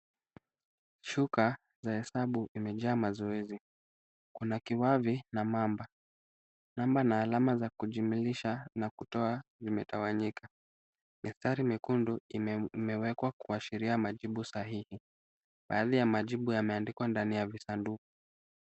Shuka la hesabu limejaa mazoezi. Kuna kiwavi na mamba. Mamba ana alama za kujumlisha na kutoa, imetawanyika. Mistari mekundu imewekwa kuashiria majibu sahihi. Baadhi ya majibu yameandikwa ndani ya visanduku.